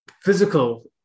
Physical